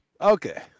Okay